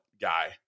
guy